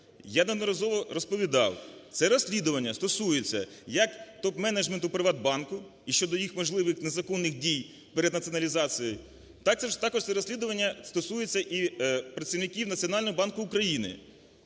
я неодноразово розповідав. Це розслідування стосується як менеджменту "Приватбанку" і щодо їх можливих незаконних дій перед націоналізацією, також це розслідування стосується і працівників Національного банку України,